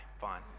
fine